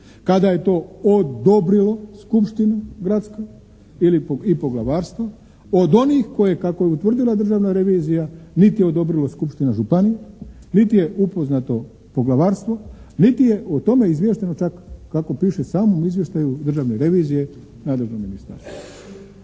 kada je to odobrilo Skupština gradska i poglavarstvo od onih koje, kako je utvrdila državna revizija niti je odobrila Skupština županije, niti je upoznato Poglavarstvo niti je o tome izvješteno čak kako piše u samom izvještaju Državne revizije nadležnog ministarstva.